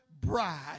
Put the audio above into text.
bride